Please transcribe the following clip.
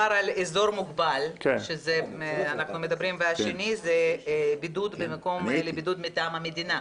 בראשון מדובר על אזור מוגבל והשני זה בידוד במקום לבידוד מטעם המדינה,